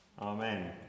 Amen